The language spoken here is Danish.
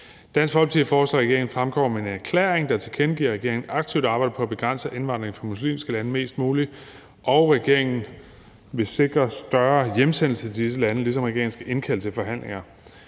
Dansk Folkeparti foreslår, at regeringen fremkommer med en erklæring, der tilkendegiver, at regeringen aktivt arbejder på at begrænse indvandring fra muslimske lande mest muligt, og at regeringen vil sikre flere hjemsendelser til disse lande, ligesom regeringen skal indkalde til forhandlinger.